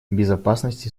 безопасность